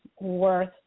worth